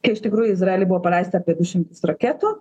kai iš tikrųjų izraely buvo paleista apie du šimtus raketų